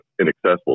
inaccessible